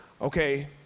okay